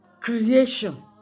creation